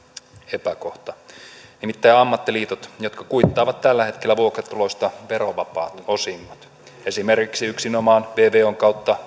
epäkohta nimittäin ammattiliitot jotka tällä hetkellä kuittaavat vuokratuloista verovapaat osingot esimerkiksi yksinomaan vvon kautta